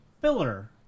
filler